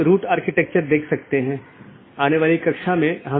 तो यह network layer reachability की जानकारी है